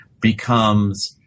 becomes